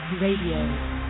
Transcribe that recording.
Radio